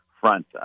front